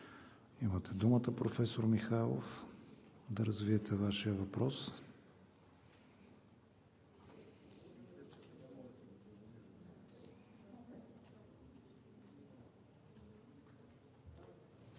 Имате думата, професор Михайлов, да развиете Вашия въпрос.